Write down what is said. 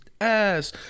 ass